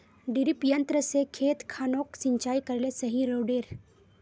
डिरिपयंऋ से खेत खानोक सिंचाई करले सही रोडेर?